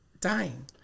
Dying